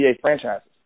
franchises